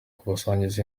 kubasangiza